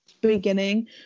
beginning